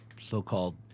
so-called